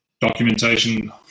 documentation